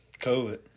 COVID